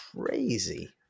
crazy